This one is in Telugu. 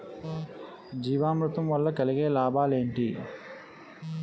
జీవామృతం వల్ల కలిగే లాభాలు ఏంటి?